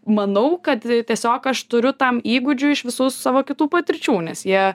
manau kad tiesiog aš turiu tam įgūdžių iš visų savo kitų patirčių nes jie